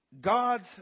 God's